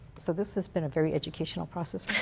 so this has been a very educational process for